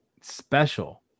special